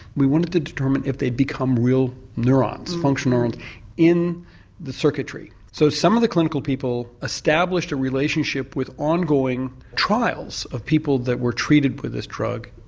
we wanted to determine if they'd become real neurons, functional neurons and in the circuitry. so some of the clinical people established a relationship with ongoing trials of people that were treated with this drug.